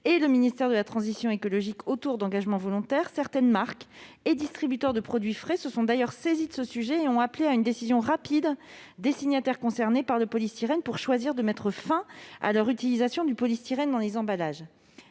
et le ministère de la transition écologique autour d'engagements volontaires, certaines marques et des distributeurs de produits frais se sont saisis de ce sujet et ont appelé à une décision rapide des signataires concernés pour mettre fin à l'utilisation du polystyrène dans les emballages.